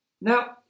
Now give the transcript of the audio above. Now